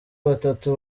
batatu